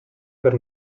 per